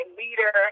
leader